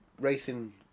racing